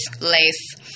Lace